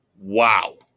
Wow